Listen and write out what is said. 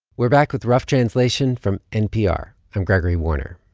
we're back with rough translation from npr. i'm gregory warner.